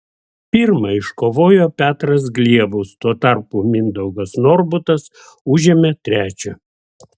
pirmą iškovojo petras gliebus tuo tarpu mindaugas norbutas užėmė trečią